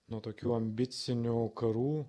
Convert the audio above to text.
nuo tokių ambicinių karų